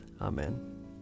Amen